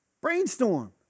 Brainstorm